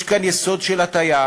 יש כאן יסוד של הטעיה,